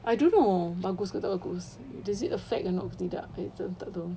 I don't know bagus ke tak bagus does it affect or not tak tahu